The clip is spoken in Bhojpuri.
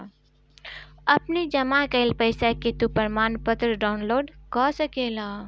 अपनी जमा कईल पईसा के तू प्रमाणपत्र डाउनलोड कअ सकेला